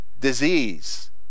disease